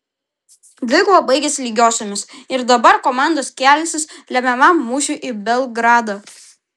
dvikova baigėsi lygiosiomis ir dabar komandos kelsis lemiamam mūšiui į belgradą